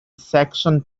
saxon